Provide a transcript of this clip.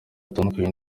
atandukanye